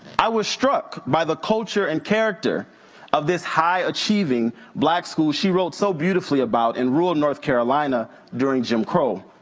i was struck by the culture and character of this high achieving black school she wrote so beautifully beautifully about in rural north carolina during jim crow.